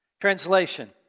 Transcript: Translation